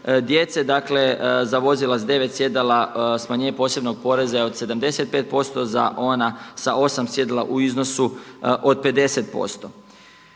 Dakle, za vozila sa 9 sjedala smanjenje posebnog poreza je od 75 posto, za ona sa 8 sjedala u iznosu od 50